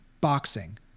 boxing